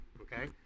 Okay